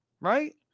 right